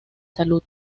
salud